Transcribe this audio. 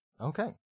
Okay